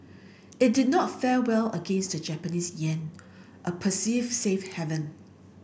it did not fare well against the Japanese yen a perceived safe haven